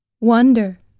Wonder